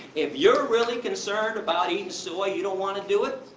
if you're really concerned about eating soy, you don't wanna do it.